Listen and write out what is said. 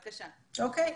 אוקיי.